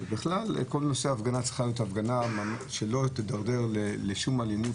בכלל כל נושא ההפגנה צריכה להיות הפגנה שלא תידרדר לשום אלימות